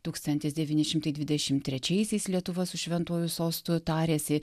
tūkstas dvyni šimtai dvidešim trečiaisiais lietuva su šventuoju sostu tarėsi